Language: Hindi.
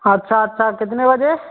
अच्छा अच्छा कितने बजे